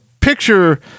picture